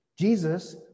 Jesus